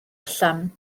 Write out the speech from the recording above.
allan